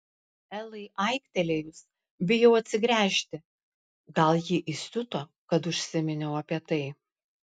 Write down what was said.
elai aiktelėjus bijau atsigręžti gal ji įsiuto kad užsiminiau apie tai